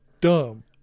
dumb